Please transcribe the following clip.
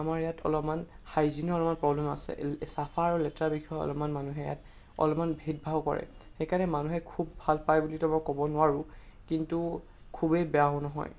আমাৰ ইয়াত অলপমান হাইজিনৰ অলপমান প্ৰব্লেম আছে চাফা আৰু লেতেৰা বিষয়ে মানুহে অলপমান ইয়াত অলপমান ভেদভাৱ কৰে সেইকাৰণে মানুহে খুব ভাল পায় বুলিতো মই ক'ব নোৱাৰোঁ কিন্তু খুবেই বেয়াও নহয়